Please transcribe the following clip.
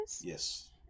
yes